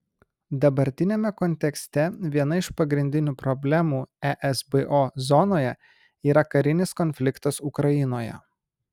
dabartiniame kontekste viena iš pagrindinių problemų esbo zonoje yra karinis konfliktas ukrainoje